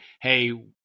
hey